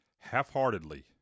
half-heartedly